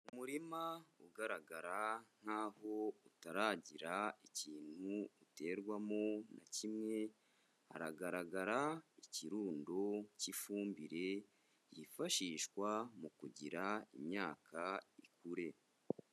Umurima ugaragara nkaho utaragira ikintu uterwamo na kimwe, haragaragara ikirundo cy'ifumbire yifashishwa mu kugira imyaka ikure.